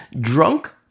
drunk